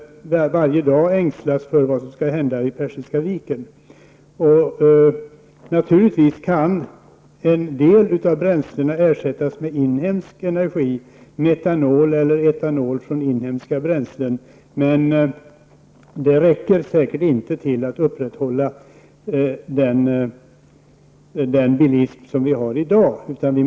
Varje dag ängslas man för vad som skall hända i Persiska viken. En del av bränslet kan naturligtvis ersättas med inhemsk energi, metanol eller etanol från inhemska bränslen. Det räcker säkert inte för att upprätthålla den bilism som vi har i dag.